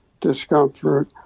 discomfort